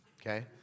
Okay